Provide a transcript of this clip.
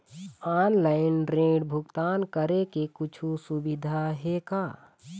Online ऋण भुगतान करे के कुछू सुविधा हे का?